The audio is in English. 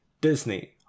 Disney